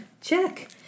Check